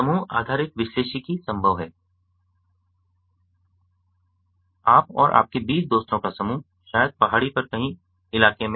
समूह आधारित विश्लेषिकी संभव है कि आप और आपके 20 दोस्तों का समूह शायद पहाड़ी पर या कहीं इलाके में हैं